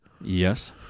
Yes